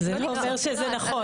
זה לא אומר שזה נכון.